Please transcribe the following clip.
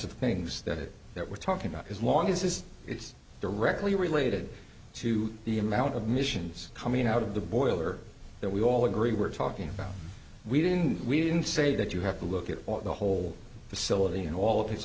of things that that we're talking about as long as it's directly related to the amount of missions coming out of the boiler that we all agree we're talking about we didn't we didn't say that you have to look at the whole facility in all of